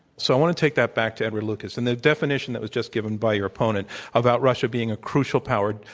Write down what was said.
so i want to take that back to edward lucas. in the definition that was just given by your opponent about russia being a crucial power,